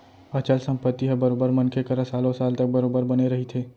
अचल संपत्ति ह बरोबर मनखे करा सालो साल तक बरोबर बने रहिथे